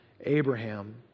abraham